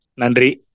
Nandri